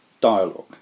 dialogue